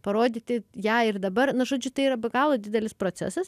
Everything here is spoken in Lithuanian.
parodyti ją ir dabar nu žodžiu tai yra be galo didelis procesas